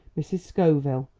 mrs. scoville,